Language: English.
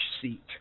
seat